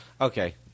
Okay